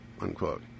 unquote